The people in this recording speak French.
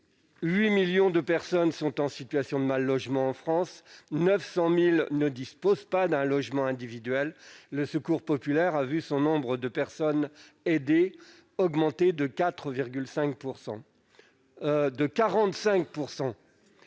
8 millions de personnes sont en situation de mal-logement en France et 900 000 personnes ne disposent pas d'un logement individuel. Le Secours populaire a vu le nombre de personnes qu'il aide augmenter de 45 %.